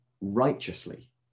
righteously